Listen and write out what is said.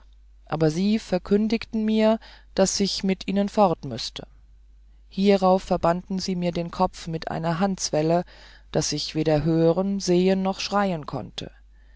aber sie verkündigten mir daß ich mit ihnen fortmüßte hierauf verbanden sie mir den kopf mit einer handzwell daß ich weder hören sehen noch schreien konnte